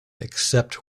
except